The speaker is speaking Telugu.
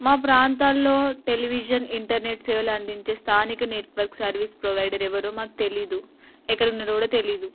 మా ప్రాంతాల్లో టెలివిజన్ ఇంటర్నెట్ సేవలు అందించే స్థానిక నెట్వర్క్ సర్వీస్ ప్రొవైడర్ ఎవరో మాకు తెలీదు ఎక్కడున్నారో కూడా తెలీదు